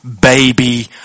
baby